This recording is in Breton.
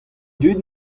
dud